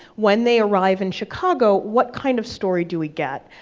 when they arrive in chicago, what kind of story do we get?